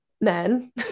men